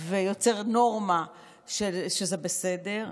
ויוצר נורמה שזה בסדר,